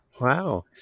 Wow